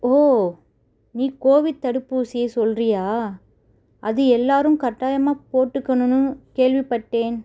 ஓ நீ கோவிட் தடுப்பூசியை சொல்கிறியா அது எல்லோரும் கட்டாயமாக போட்டுக்கணும்னு கேள்விப்பட்டேன்